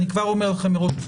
אני כבר אומר לכם מראש,